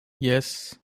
yes